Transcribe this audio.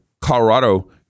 Colorado